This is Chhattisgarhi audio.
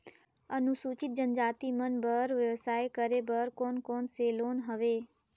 अनुसूचित जनजाति मन बर व्यवसाय करे बर कौन कौन से लोन हवे?